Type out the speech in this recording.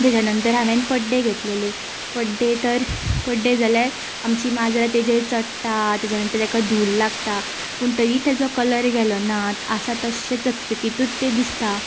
तेच्या नंतर हांवे पड्डे घेतलेले पड्डे तर पड्डे जाल्यार आमचीं माजरां तेचेर चडटा तेच्या नंतर तेंका धुल्ल लागता पूण तरी तेंचो कलर गेलो ना आसा तशे चकचकीतूच ते दिसता